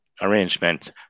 arrangement